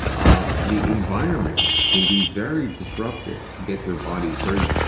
ah the environment can be very disruptive, can get their bodies very.